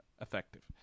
effective